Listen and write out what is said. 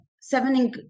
seven